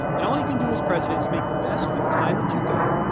and all you can do as president is make the best with the time that you've got,